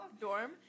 dorm